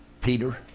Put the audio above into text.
Peter